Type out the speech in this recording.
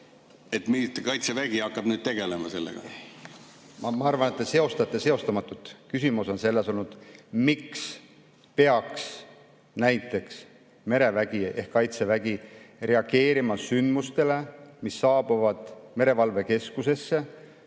Kaitsevägi hakkab tegelema sellega? Ma arvan, et te seostate seostamatut. Küsimus on selles olnud, miks peaks näiteks merevägi ehk Kaitsevägi reageerima sündmustele, mis saabuvad merevalvekeskusesse,